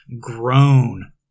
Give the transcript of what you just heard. grown